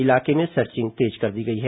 इलाके में सर्चिंग तेज कर दी गई है